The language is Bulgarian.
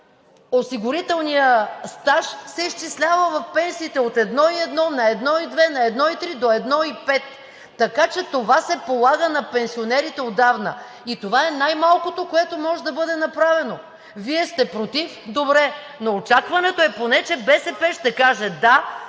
осигурителният стаж се изчислява в пенсиите от 1,1 на 1,2, на 1,3 до 1,5, така че това се полага на пенсионерите отдавна и това е най-малкото, което може да бъде направено. Вие сте против – добре, но очакването е, че поне БСП ще каже „да“.